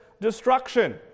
destruction